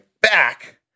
back